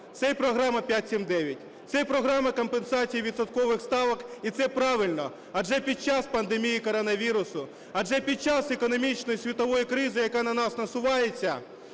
це і програма "5-7-9", це і програма компенсації відсоткових ставок. І це правильно, адже під час пандемії коронавірусу, адже під час економічної світової кризи, яка на нас насувається,